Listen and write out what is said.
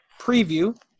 preview